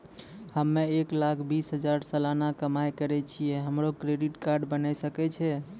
हम्मय एक लाख बीस हजार सलाना कमाई करे छियै, हमरो क्रेडिट कार्ड बने सकय छै?